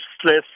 stress